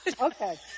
Okay